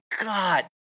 God